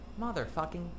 Motherfucking